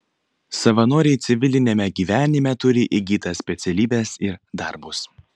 savanoriai civiliniame gyvenime turi įgytas specialybes ir darbus